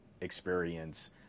experience